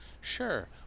Sure